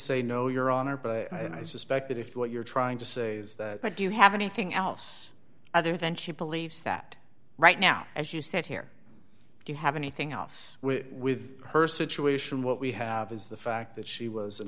say no your honor but i suspect that if what you're trying to say but do you have anything else other than she believes that right now as you said here do you have anything else with her situation what we have is the fact that she was an